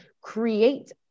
create